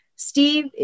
Steve